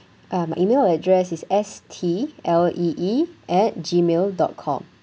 ah my email address is S T L E E at gmail dot com